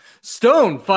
Stone